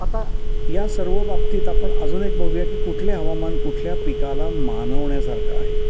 आता या सर्व बाबतीत आपण अजून एक बघूया की कुठले हवामान कुठल्या पिकाला मानवण्यासारखं आहे